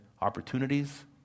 opportunities